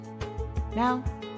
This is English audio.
Now